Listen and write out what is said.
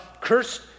cursed